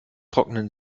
trocknen